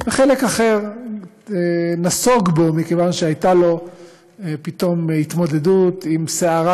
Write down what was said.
וחלק אחר נסוג בגלל שהייתה לו פתאום התמודדות עם סערת